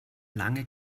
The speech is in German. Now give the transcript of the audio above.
lange